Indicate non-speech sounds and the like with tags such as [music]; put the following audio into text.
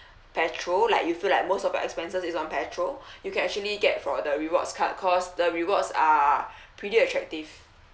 petrol like you feel like most of your expenses is on petrol [breath] you can actually get for the rewards card cause the rewards are pretty attractive